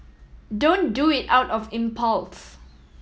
don't do it out of impulse